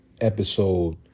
episode